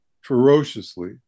ferociously